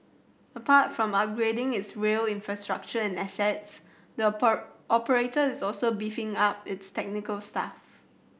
apart from upgrading is rail infrastructure and assets the operator is also beefing up its technical staff